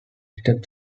step